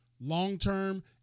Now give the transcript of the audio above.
Long-term